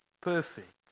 perfect